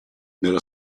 nello